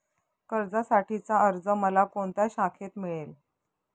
कर्जासाठीचा अर्ज मला कोणत्या शाखेत मिळेल?